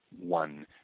one